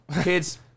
kids